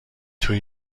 توی